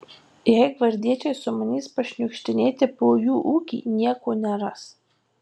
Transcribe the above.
jei gvardiečiai sumanys pašniukštinėti po jų ūkį nieko neras